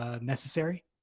Necessary